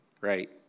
right